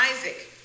Isaac